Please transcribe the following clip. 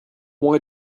why